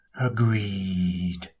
Agreed